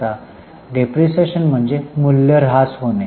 depreciation म्हणजे मूल्यह्रास होणे